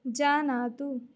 जानातु